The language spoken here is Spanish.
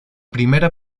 primera